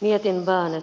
mietin vain